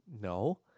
no